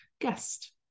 guest